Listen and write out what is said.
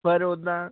ਪਰ ਉੱਦਾਂ